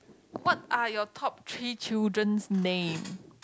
what are your top three children's name